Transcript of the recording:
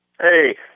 Hey